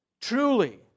truly